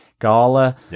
gala